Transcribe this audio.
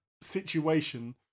situation